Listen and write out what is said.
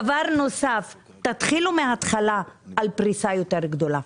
דבר נוסף, תתחילו מהתחלה על פריסה יותר גדולה.